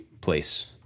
place